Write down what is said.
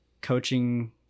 coaching